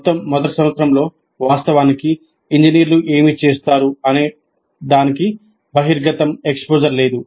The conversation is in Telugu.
మొత్తం మొదటి సంవత్సరంలో వాస్తవానికి ఇంజనీర్లు ఏమి చేస్తారు అనేదానికి బహిర్గతం లేదు